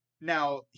Now